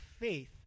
faith